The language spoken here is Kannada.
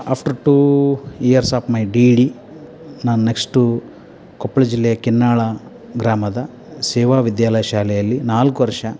after two years of my D Ed ನಾನು ನೆಕ್ಸ್ಟು ಕೊಪ್ಪಳ ಜಿಲ್ಲೆ ಕೆನ್ನಾಳ ಗ್ರಾಮದ ಸೇವಾ ವಿದ್ಯಾಲಯ ಶಾಲೆಯಲ್ಲಿ ನಾಲ್ಕು ವರ್ಷ